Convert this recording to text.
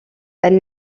elle